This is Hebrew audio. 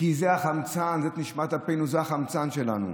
כי זה החמצן, זאת נשמת אפנו, זה החמצן שלנו,